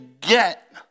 get